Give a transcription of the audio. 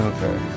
Okay